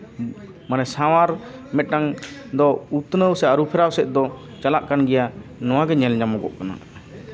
ᱢᱟᱱᱮ ᱥᱟᱶᱟᱨ ᱢᱤᱫᱴᱟᱱ ᱫᱚ ᱩᱛᱱᱟᱹᱣ ᱥᱮ ᱟᱹᱨᱩ ᱯᱷᱮᱨᱟᱣ ᱥᱮᱫ ᱫᱚ ᱪᱟᱞᱟᱜ ᱠᱟᱱ ᱜᱮᱭᱟ ᱱᱚᱣᱟᱜᱮ ᱧᱮᱞ ᱧᱟᱢᱚᱜ ᱠᱟᱱᱟ